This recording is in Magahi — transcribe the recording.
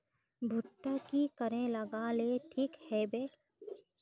भुट्टा की करे लगा ले ठिक है बय?